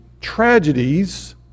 tragedies